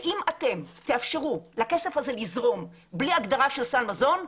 שאם אתם תאפשרו לכסף הזה לזרום בלי הגדרה של סל מזון,